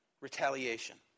retaliation